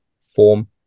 form